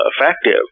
effective